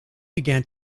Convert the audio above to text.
began